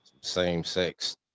same-sex